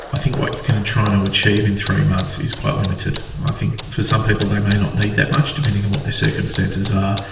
i think what you can and try and achieve in three months is quite limited. i think for some people they may not need that much, depending on what their circumstances are,